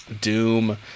Doom